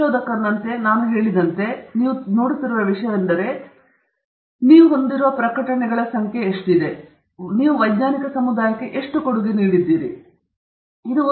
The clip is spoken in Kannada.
ಸಂಶೋಧಕನಂತೆ ನಾನು ಹೇಳಿದಂತೆ ನೀವು ನೋಡುತ್ತಿರುವ ವಿಷಯವೆಂದರೆ ನೀವು ಹೊಂದಿರುವ ಪ್ರಕಟಣೆಗಳ ಸಂಖ್ಯೆ ನೀವು ವೈಜ್ಞಾನಿಕ ಸಮುದಾಯಕ್ಕೆ ಎಷ್ಟು ಕೊಡುಗೆ ನೀಡಿದ್ದೀರಿ ಎನ್ನುವುದನ್ನು